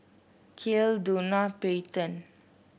Kael Dona Peyton